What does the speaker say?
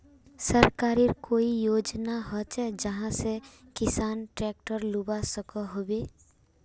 सरकारी कोई योजना होचे जहा से किसान ट्रैक्टर लुबा सकोहो होबे?